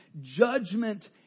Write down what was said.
judgment